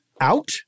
out